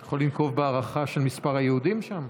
אתה יכול לנקוב בהערכה של מספר היהודים שם?